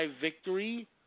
victory